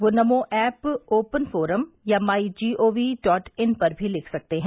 वे Namo app open forum या my G O V dot in पर भी लिख सकते हैं